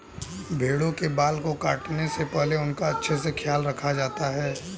भेड़ों के बाल को काटने से पहले उनका अच्छे से ख्याल रखा जाता है